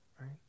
Right